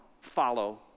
follow